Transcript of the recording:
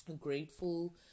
grateful